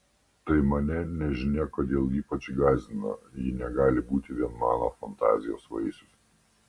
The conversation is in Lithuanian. tai mane nežinia kodėl ypač gąsdino ji negali būti vien mano fantazijos vaisius